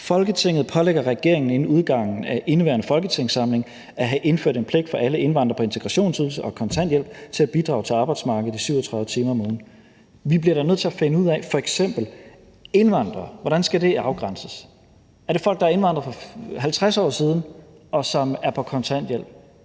»Folketinget pålægger regeringen inden udgangen af indeværende folketingssamling at have indført en pligt for alle indvandrere på integrationsydelse og kontanthjælp til at bidrage til arbejdsmarkedet i 37 timer om ugen.« Vi bliver da nødt til f.eks. at finde ud af, hvordan indvandrere skal afgrænses. Er det folk, der er indvandret for 50 år siden, og som er på kontanthjælp?